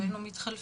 אז היינו מתחלפים,